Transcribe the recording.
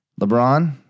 LeBron